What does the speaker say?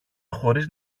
χωρίς